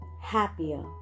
happier